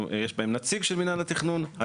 יש בהם נציג של מינהל התכנון.